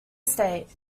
state